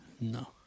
No